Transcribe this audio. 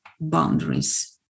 boundaries